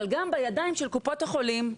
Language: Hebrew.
אבל גם בידיים של קופות החולים.